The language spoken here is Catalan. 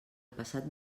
passat